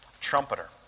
trumpeter